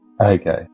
Okay